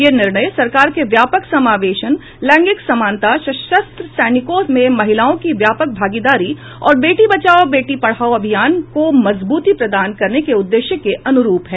यह निर्णय सरकार के व्यापक समावेशन लैंगिक समानता सशस्त्र सेनाओं में महिलाओं की व्यापक भागीदारी और बेटी बचाओ बेटी पढ़ाओ अभियान को मजब्रती प्रदान करने के उद्देश्यों के अनुरूप है